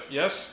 yes